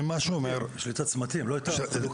מה שהוא אומר --- יש לי את הצמתים ולא את --- לא,